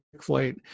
flight